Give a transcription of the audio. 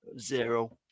zero